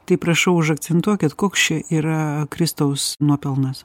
tai prašau užakcentuokit koks čia yra kristaus nuopelnas